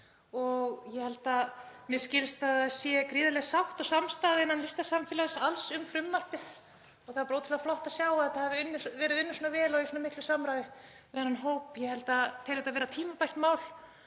fyrir það. Mér skilst að það sé gríðarleg sátt og samstaða innan listasamfélagsins alls um frumvarpið. Það er ótrúlega flott að sjá að þetta hafi verið unnið svona vel og í svo miklu samráði við þennan hóp. Ég tel þetta vera tímabært mál